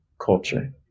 culture